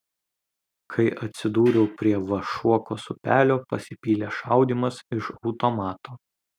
kai atsidūriau prie vašuokos upelio pasipylė šaudymas iš automato